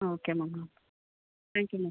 ah okay ma'am thank you ma'am